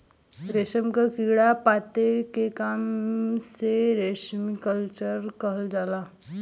रेशम क कीड़ा पाले के काम के सेरीकल्चर कहल जाला